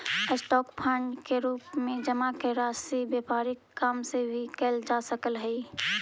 stock fund के रूप में जमा कैल राशि से व्यापारिक काम भी कैल जा सकऽ हई